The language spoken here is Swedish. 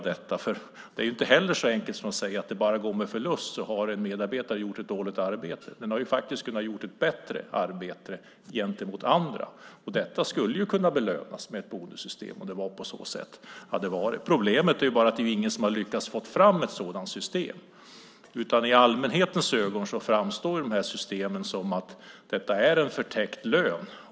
Det är inte heller så enkelt som att säga att när det går med förlust så har en medarbetare gjort ett dåligt arbete. Han eller hon kanske faktiskt har gjort ett bättre arbete än andra, och detta skulle kunna belönas i ett bonussystem. Problemet är bara att ingen har lyckats få fram ett sådant system, utan i allmänhetens ögon framstår de här systemen som förtäckt lön.